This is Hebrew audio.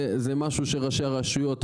זה משהו שראשי רשויות,